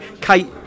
Kate